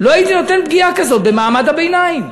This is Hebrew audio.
לא הייתי נותן פגיעה כזאת במעמד הביניים.